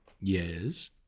Yes